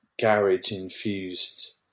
garage-infused